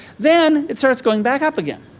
then, it starts going back up again.